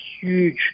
huge